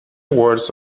words